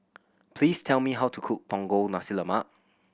please tell me how to cook Punggol Nasi Lemak